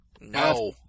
No